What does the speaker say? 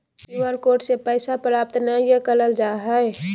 Q R code से पैसा प्राप्त नयय करल जा हइ